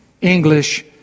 English